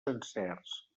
sencers